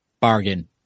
Bargain